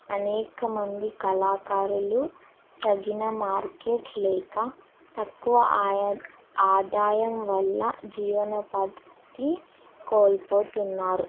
అనేకమంది కళాకారులు తగిన మార్కెట్ లేక తక్కువ ఆయా ఆదాయం వల్ల జీవనోపాధి కోల్పోతున్నారు